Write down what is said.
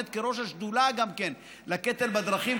כראש השדולה לקטל בדרכים,